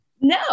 No